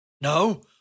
No